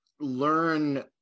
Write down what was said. Learn